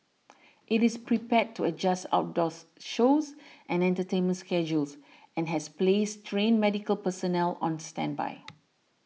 it is prepared to adjust outdoors shows and entertainment schedules and has placed trained medical personnel on standby